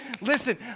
listen